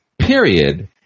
Period